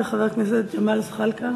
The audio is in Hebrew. וחבר הכנסת ג'מאל זחאלקה,